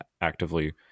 actively